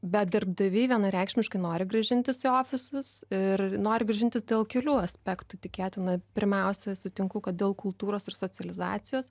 bet darbdaviai vienareikšmiškai nori grąžintis ofisus ir nori grąžintis dėl kelių aspektų tikėtina pirmiausia sutinku kad dėl kultūros ir socializacijos